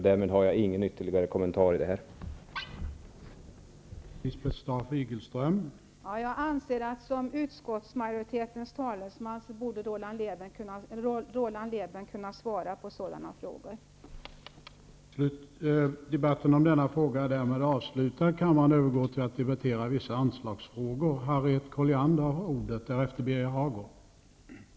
Därmed har jag ingen ytterligare kommentar i det här ärendet.